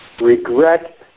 regret